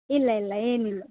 ಇಲ್ಲ ಇಲ್ಲ ಏನಿಲ್ಲ